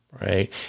Right